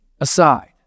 aside